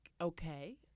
Okay